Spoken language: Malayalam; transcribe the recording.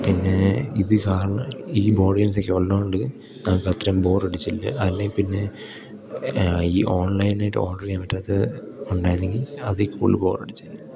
പിന്നെ ഇത് കാരണം ഈ ബോഡിയംസെക്കെ ഉള്ളത് കൊണ്ട് നമുക്ക് അത്രേം ബോറടിച്ചില്ല അല്ലേ പിന്നെ ഈ ഓൺലൈനായിട്ട് ഓർഡർ ചെയ്യാൻ പറ്റാത്തത് കൊണ്ടായിരുന്നു എങ്കിൽ അതിൽ കൂടുതൽ ബോറടിച്ചേനെ